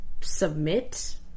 submit